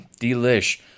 delish